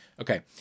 Okay